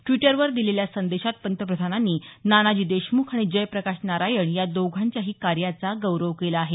द्विटरवर दिलेल्या संदेशात पंतप्रधानांनी नानाजी देशमुख आणि जयप्रकाश नारायण या दोघांच्याही कार्याचा गौरव केला आहे